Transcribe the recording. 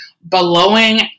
blowing